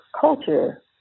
culture